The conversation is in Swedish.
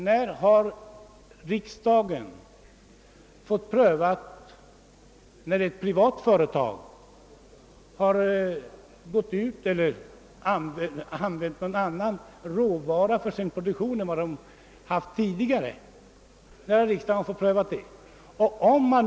När har riksdagen fått pröva frågan om ett privat företag skall få använda någon annan råvara för sin produktion än företaget tidigare har gjort?